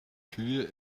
kühe